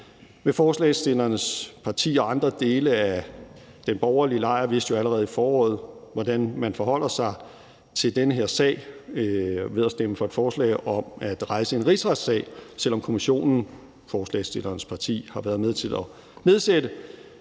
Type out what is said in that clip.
Men forslagsstillernes parti og andre dele af den borgerlige lejr viste jo allerede i foråret, hvordan man forholder sig til den her sag, ved at stemme for et forslag om at rejse en rigsretssag, selv om kommissionen, som forslagsstillernes parti har været med til at nedsætte,